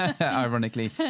ironically